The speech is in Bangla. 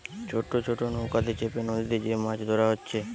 ছোট ছোট নৌকাতে চেপে নদীতে যে মাছ ধোরা হচ্ছে